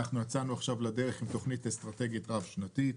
יצאנו לדרך עם תוכנית אסטרטגית רב שנתית.